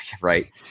Right